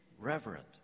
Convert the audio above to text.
reverent